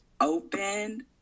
opened